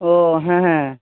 ও হ্যাঁ হ্যাঁ